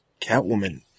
Catwoman